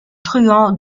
truand